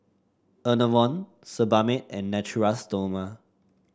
Enervon Sebamed and Natura Stoma